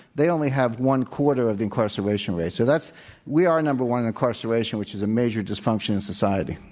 they only have one quarter of incarceration rates. so, that's we are number one incarceration, which is a major dysfunction of society.